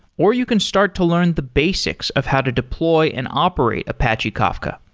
or you can start to learn the basics of how to deploy and operate apache kafka.